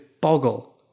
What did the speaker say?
boggle